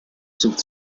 sind